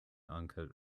uncut